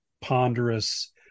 ponderous